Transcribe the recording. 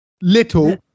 Little